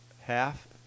half